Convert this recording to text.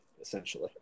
Essentially